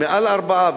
ארבעה,